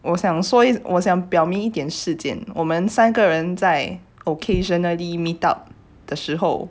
我想说我想表明一点事件我们三个人在 occasionally meet up 的时候